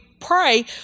pray